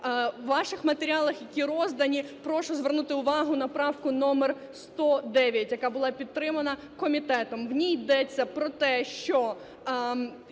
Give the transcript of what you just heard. У ваших матеріалах, які роздані, прошу звернути увагу на правку номер 109, яка була підтримана комітетом. В ній йдеться про те, що